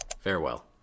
farewell